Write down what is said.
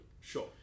Sure